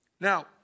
Now